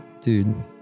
Dude